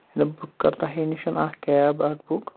مےٚ دوٚپ بہٕ کَرٕ تۄہی نِش اکھ کیب اکھ بُک